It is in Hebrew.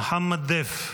מוחמד דף,